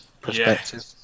perspective